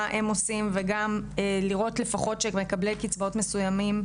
מה הם עושים וגם לראות לפחות שמקבלי קצבאות מסוימות,